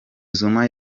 zuma